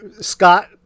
Scott